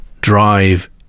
drive